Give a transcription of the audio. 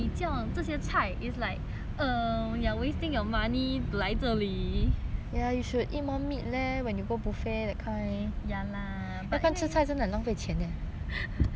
it's like err you are wasting your money 来这里 ya lah but 因为我就是属于那些浪费钱的